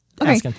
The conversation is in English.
Okay